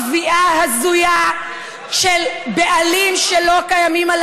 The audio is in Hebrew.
שלא ידונו על כל תביעה הזויה של בעלים שלא קיימים על